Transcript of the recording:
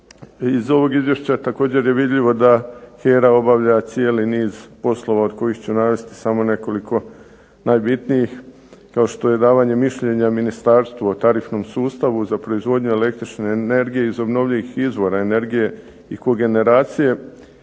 Iz ovog izvješća također je vidljivo da HERA obavlja cijeli niz poslova, od kojih ću navesti samo nekoliko najbitnijih, kao što je davanje mišljenja ministarstvu o tarifnom sustavu za proizvodnju električne energije iz obnovljivih izvora energije i kogeneracije,